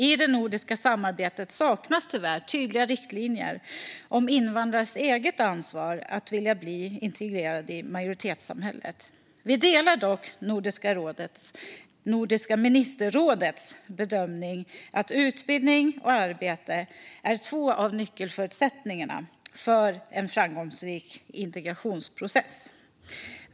I det nordiska samarbetet saknas tyvärr tydliga riktlinjer om invandrarens eget ansvar och vilja att bli integrerad i majoritetssamhället. Vi delar dock Nordiska ministerrådets bedömning att utbildning och arbete är två av nyckelförutsättningarna för en framgångsrik integrationsprocess.